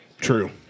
True